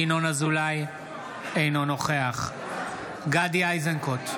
אינו נוכח גדי איזנקוט,